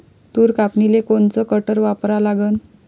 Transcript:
तूर कापनीले कोनचं कटर वापरा लागन?